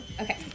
Okay